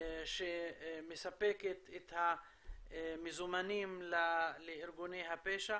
שמספקת את המזומנים לארגוני הפשע.